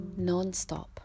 nonstop